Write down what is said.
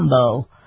combo